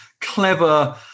clever